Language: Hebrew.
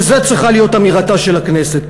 וזאת צריכה להיות אמירתה של הכנסת.